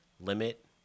limit